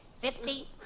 fifty